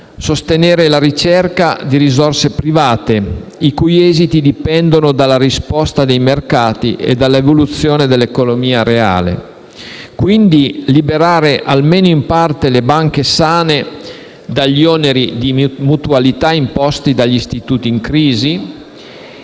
sostenere la ricerca di risorse private, i cui esiti dipendono dalla risposta dei mercati e dall'evoluzione dell'economia reale; occorre quindi liberare, almeno in parte, le banche sane dagli oneri di mutualità imposti dagli istituti in crisi;